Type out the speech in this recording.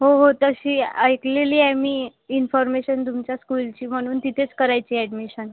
हो हो तशी ऐकलेली आहे मी इन्फॉर्मेशन तुमच्या स्कूलची म्हणून तिथेच करायची आहे अॅडमिशन